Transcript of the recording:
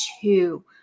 two